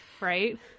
right